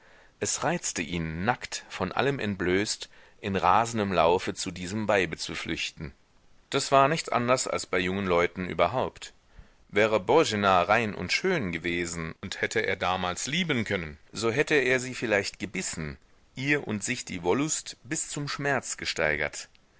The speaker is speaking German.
es reizte ihn nackt von allem entblößt in rasendem laufe zu diesem weibe zu flüchten das war nicht anders als bei jungen leuten überhaupt wäre boena rein und schön gewesen und hätte er damals lieben können so hätte er sie vielleicht gebissen ihr und sich die wollust bis zum schmerz gesteigert